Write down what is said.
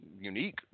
unique